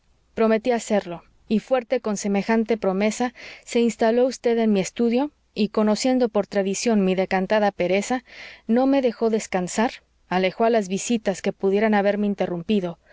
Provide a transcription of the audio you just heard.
prometí hacerlo y fuerte con semejante promesa se instaló vd en mi estudio y conociendo por tradición mi decantada pereza no me dejó descansar alejó a las visitas que pudieran haberme interrumpido